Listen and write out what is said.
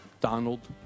Donald